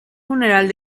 funeral